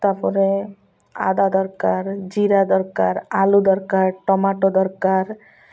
ତାପରେ ଅଦା ଦରକାର ଜିରା ଦରକାର ଆଲୁ ଦରକାର ଟମାଟୋ ଦରକାର